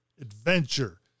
adventure